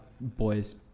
boys